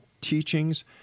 teachings